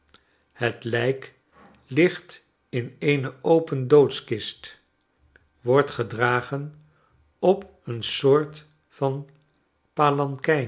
het lijk ligt in eene open doodkist wordt gedragen op een soort van